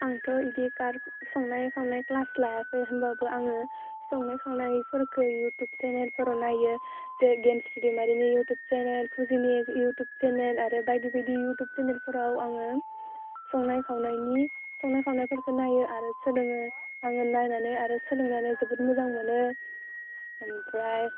आंथ' इदि संनाय खावनाय ख्लास लायाखै होमबाबो आङो संनाय खावनायफोरखो इउथुब सेनेलफोराव नायो जेरै गेमस्रि दैमारिनि इउथुब सेनेल फुजिनि इउथुब सेनेल आरो बायदि बायदि इउथुब सेनेलफोराव आङो संनाय खावनायनि संनाय खावनायफोरखौ नायो आरो सोलोङो आङो नायनानै आरो सोलोंनानै जोबोद मोजां मोनो ओमफ्राय